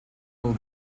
del